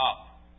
up